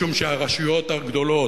משום שהרשויות הגדולות,